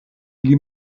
ili